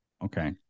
Okay